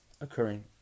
occurring